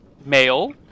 male